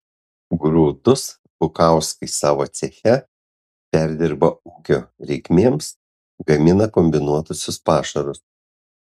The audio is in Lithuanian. grūdus bukauskai savo ceche perdirba ūkio reikmėms gamina kombinuotuosius pašarus